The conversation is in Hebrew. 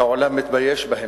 שהעולם מתבייש בהם,